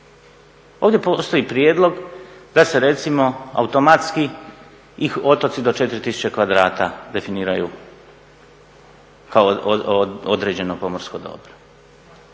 Ovdje postoji prijedlog da se recimo automatski otoci do 4000 kvadrata definiraju kao određeno pomorsko dobro.